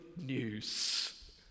news